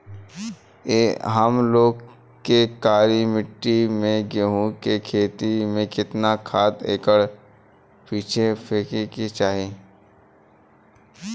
हम लोग के काली मिट्टी में गेहूँ के खेती में कितना खाद एकड़ पीछे फेके के चाही?